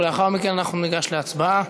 ולאחר מכן אנחנו ניגש להצבעה.